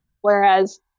Whereas